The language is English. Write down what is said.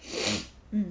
mm